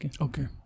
Okay